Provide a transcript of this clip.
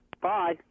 Bye